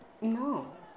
No